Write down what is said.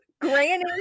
granny